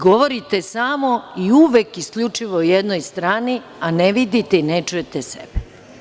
Govorite samo i uvek isključivo o jednoj strani, a ne vidite i ne čujete sebe.